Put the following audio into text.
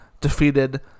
defeated